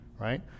right